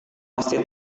pasti